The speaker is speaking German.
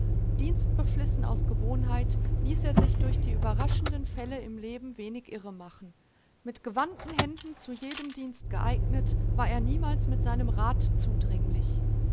dienstbeflissen aus gewohnheit ließ er sich durch die überraschenden fälle im leben wenig irre machen mit gewandten händen zu jedem dienst geeignet war er niemals mit seinem rath zudringlich